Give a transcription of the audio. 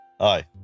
Hi